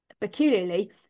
peculiarly